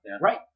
Right